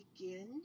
begin